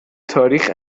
تاریخ